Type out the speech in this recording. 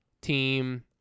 team